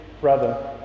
brother